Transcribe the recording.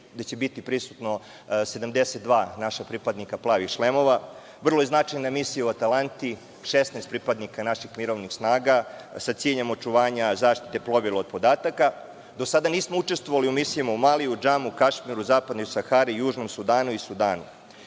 će tu biti prisutno 72 naša pripadnika „plavih šlemova“. Vrlo je značajna misija u Atalanti, 16 pripadnika naših mirovnih snaga, sa ciljem očuvanja zaštite plovila od podataka. Do sada nismo učestvovali u misijama u Maliju, Džamu, Kašmiru, Zapadnoj Sahari, Južnom Sudanu i Sudanu.U